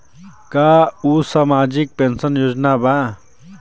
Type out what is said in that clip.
का उ सामाजिक पेंशन योजना बा?